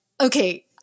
okay